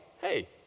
hey